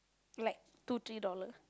like two three dollars